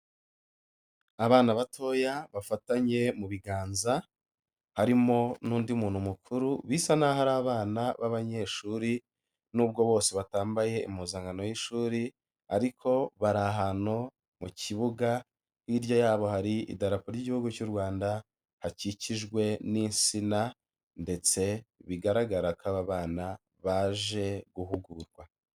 Abana batoya bafatanye mu biganza, harimo n'undi muntu mukuru bisa n'aho ari abana b'abanyeshuri, nubwo bose batambaye impuzankano y'ishuri ariko bari ahantu mu kibuga, hirya yabo hari idarapo ry'igihugu cy'u Rwanda, hakikijwe n'isina ndetse bigaragara ko aba bana baje guhugurwa.